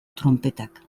tronpetak